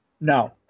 No